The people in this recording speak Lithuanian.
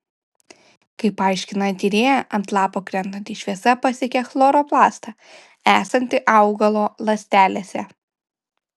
kaip aiškina tyrėja ant lapo krentanti šviesa pasiekia chloroplastą esantį augalo ląstelėse